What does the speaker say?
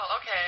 Okay